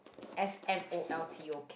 S M O L T O